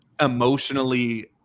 emotionally